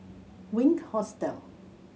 Wink Hostel